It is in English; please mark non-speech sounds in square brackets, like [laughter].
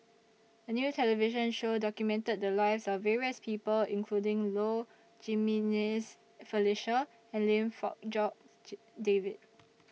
A New television Show documented The Lives of various People including Low Jimenez Felicia and Lim Fong Jock [unintelligible] David